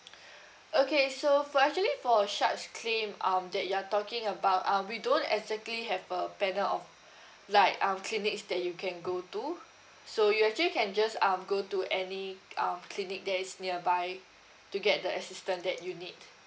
okay so for actually for a shot's claim um that you are talking about um we don't exactly have a panel of like um clinics that you can go to so you actually can just um go to any uh clinic that is nearby to get the assistant that you need